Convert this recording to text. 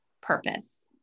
purpose